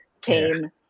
came